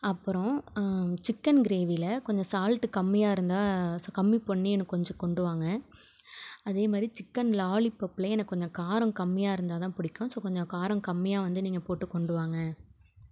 அப்பறம் சிச்கன் கிரேவியில் கொஞ்சம் சால்ட் கம்மியாக இருந்தால் கம்மி பண்ணி எனக்கு கொஞ்சம் கொண்டு வாங்க அதே மாதிரி சிக்கன் லாலிபப்புலேயும் கொஞ்சம் காரம் கம்மியாக இருந்தால்தான் பிடிக்கும் ஸோ கொஞ்சம் காரம் கம்மியாக வந்து நீங்கள் போட்டுக் கொண்டு வாங்க